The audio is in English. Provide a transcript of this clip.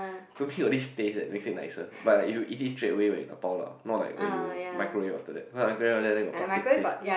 to me got this taste that makes it nicer but like if you eat it straight away when you dabao lah not like when you microwave after that because microwave after that then got plastic taste